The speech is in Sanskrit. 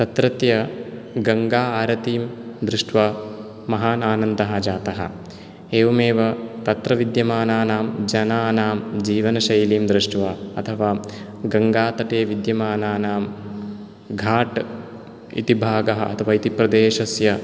तत्रत्य गङ्गा आरतीं दृष्ट्वा महान् आनन्दः जातः एवमेव तत्र विद्यमानानां जनानां जीवनशैलीं दृष्ट्वा अथवा गङ्गातटे विद्यमानानां घाट् इति भागः अथवा इति प्रदेशस्य